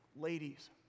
Ladies